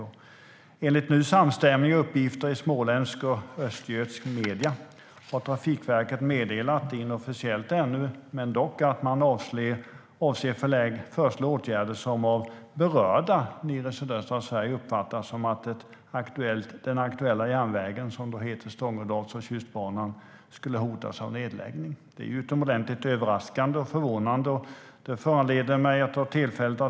Men enligt samstämmiga uppgifter i småländska och östgötska medier har Trafikverket meddelat, inofficiellt men ändock, att man avser att föreslå åtgärder som av berörda i sydöstra Sverige uppfattas som att den aktuella järnvägen, Stångådalsbanan och Tjustbanan, hotas av nedläggning. Det är utomordentligt överraskande och förvånande.